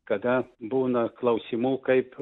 kada būna klausimų kaip